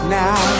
now